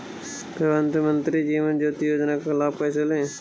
प्रधानमंत्री जीवन ज्योति योजना का लाभ कैसे लें?